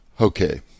Okay